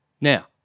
Now